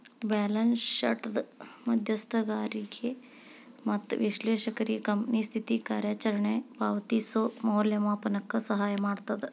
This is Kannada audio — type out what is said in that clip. ಬ್ಯಾಲೆನ್ಸ್ ಶೇಟ್ದ್ ಮಧ್ಯಸ್ಥಗಾರಿಗೆ ಮತ್ತ ವಿಶ್ಲೇಷಕ್ರಿಗೆ ಕಂಪನಿ ಸ್ಥಿತಿ ಕಾರ್ಯಚರಣೆ ಪಾವತಿಸೋ ಮೌಲ್ಯಮಾಪನಕ್ಕ ಸಹಾಯ ಮಾಡ್ತದ